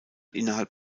innerhalb